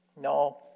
No